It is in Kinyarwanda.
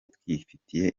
twifitiye